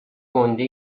گُنده